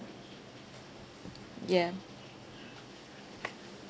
yeah